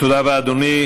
תודה רבה, אדוני.